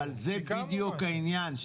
אבל זה בדיוק העניין.